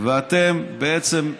ואתם בעצם,